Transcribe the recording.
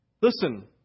Listen